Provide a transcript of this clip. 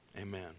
Amen